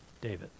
David